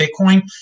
Bitcoin